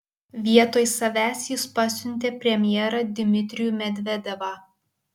vietoj savęs jis pasiuntė premjerą dmitrijų medvedevą